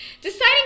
Deciding